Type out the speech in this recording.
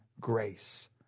grace